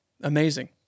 Amazing